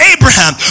Abraham